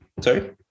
Sorry